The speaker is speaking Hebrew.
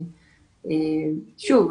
שוב,